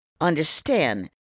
understand